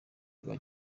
rwa